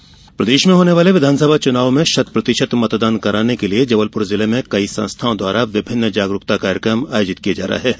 SVEEP अभियान प्रदेश में होने वाले विधानसभा चुनाव में शतप्रतिशत मतदान कराने के लिये जबलपुर जिले में कई संस्थाओं द्वारा विभिन्न जागरूकता कार्यक्रम आयोजित किये जा रहे हैं